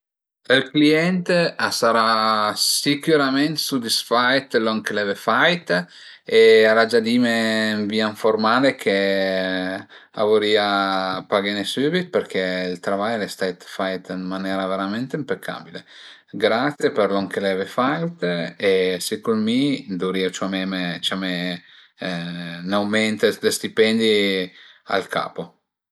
Ël client a sarà sicürament sudisfait dë lon che l'eve fait e al a gia dime ën via informale che a vurìa paghene sübit perché ël travai al e stait fait verament ën manera impeccabile, grazie për lon che l'eve fait e secund mi duvrìe ciameme ciamé ün aument dë stipendi al capo